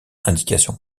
indication